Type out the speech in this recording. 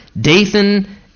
Dathan